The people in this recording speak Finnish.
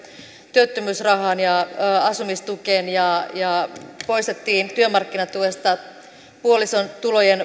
työttömyysrahaan ja asumistukeen ja ja poistettiin työmarkkinatuesta puolison tulojen